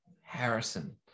Harrison